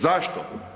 Zašto?